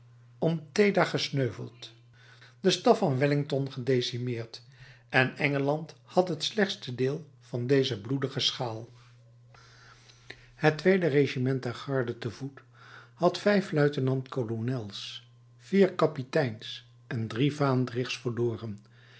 ompteda gesneuveld de staf van wellington gedecimeerd en engeland had het slechtste deel in deze bloedige schaal het tweede regiment der garde te voet had vijf luitenant kolonels vier kapiteins en drie vaandrigs verloren